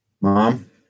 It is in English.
Mom